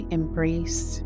embrace